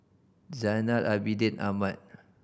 Zainal Abidin Ahmad